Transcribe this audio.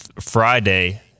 Friday